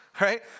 right